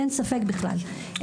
אין ספק בכלל.